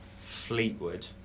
Fleetwood